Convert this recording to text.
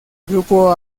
grupo